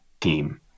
team